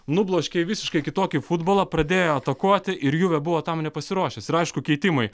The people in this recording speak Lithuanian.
nubloškė visiškai kitokį futbolą pradėjo atakuoti ir juvė buvo tam nepasiruošus ir aišku keitimai